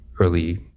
early